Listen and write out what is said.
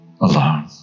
alone